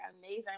amazing